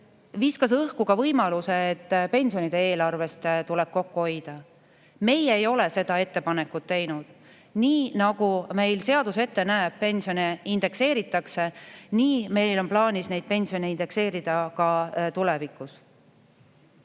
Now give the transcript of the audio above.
viskas õhku ka võimaluse, et pensionide eelarvest tuleb kokku hoida. Meie ei ole seda ettepanekut teinud. Nii nagu meil seadus ette näeb, et pensione indekseeritakse, nii meil on plaanis neid pensione indekseerida ka tulevikus. Ma